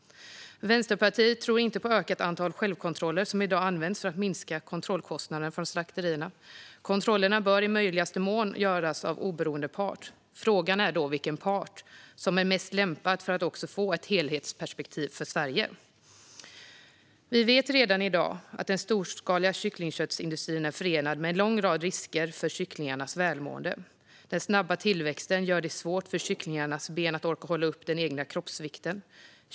Vänsterpartiet tror inte på ökat antal självkontroller, som i dag används för att minska kontrollkostnaderna för slakterierna. Kontrollerna bör i möjligaste mån göras av oberoende part. Frågan är då vilken part som är mest lämpad för att också få ett helhetsperspektiv för Sverige. Vi vet redan i dag att den storskaliga kycklingköttsindustrin är förenad med en lång rad risker för kycklingarnas välmående. Den snabba tillväxten gör det svårt för kycklingarnas ben att orka hålla upp den egna kroppsvikten.